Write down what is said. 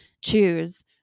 choose